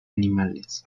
animales